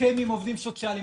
הסכם עם עובדים סוציאליים.